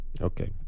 Okay